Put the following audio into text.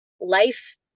life